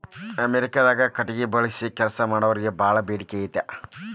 ಅಮೇರಿಕಾದಾಗ ಕಟಗಿ ಬಳಸಿ ಕೆಲಸಾ ಮಾಡಾರಿಗೆ ಬಾಳ ಬೇಡಿಕೆ ಅಂತ